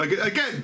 Again